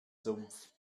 sumpf